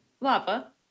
lava